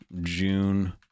June